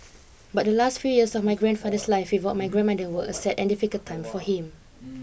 but the last few years of my grandfather's life without my grandmother were a sad and difficult time for him